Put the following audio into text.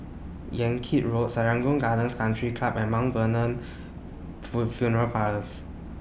Yan Kit Road Serangoon Gardens Country Club and Mount Vernon full Funeral Parlours